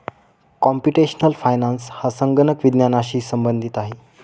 computational finance हा संगणक विज्ञानाशी संबंधित आहे